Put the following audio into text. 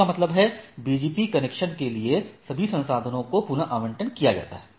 इसका मतलब है BGP कनेक्शन के लिए सभी संसाधनों को पुनःआवंटन किया जाता है